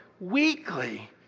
weekly